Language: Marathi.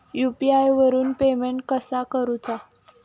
यू.पी.आय वरून पेमेंट कसा करूचा?